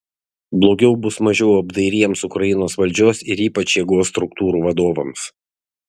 blogiau bus mažiau apdairiems ukrainos valdžios ir ypač jėgos struktūrų vadovams